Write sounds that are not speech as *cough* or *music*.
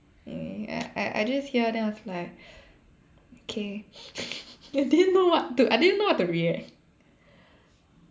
*noise* I I just hear then I was like okay *laughs* I didn't know what to I didn't know what to react